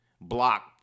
block